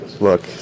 look